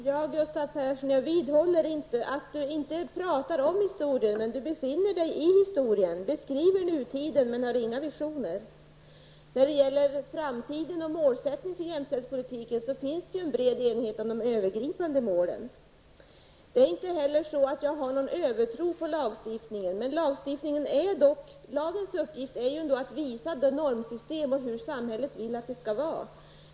Herr talman! Jag vidhåller inte, Gustav Persson, att du pratar om historien. Men du befinner dig i historien. Du beskriver nutiden men har inga visioner. När det gäller framtiden och målsättningen för jämställdhetspolitiken finns det en bred enighet om de övergripande målen. Jag har inte heller någon övertro på lagstiftningen, men lagens uppgift är ju ändå att klargöra normsystem och hur samhället vill att det skall vara.